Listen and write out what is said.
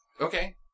Okay